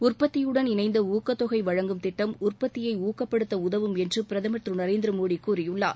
உற்பத்தியுடன் இணைந்த ஊக்கத் தொகை வழங்கும் திட்டம் உற்பத்தியை ஊக்கப்படுத்த உதவும் என்று பிரதமர் திரு நரேந்திர மோடி கூறியுள்ளார்